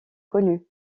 connu